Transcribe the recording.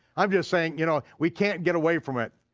i'm just saying, you know, we can't get away from it.